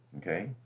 Okay